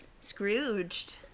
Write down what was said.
Scrooged